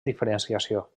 diferenciació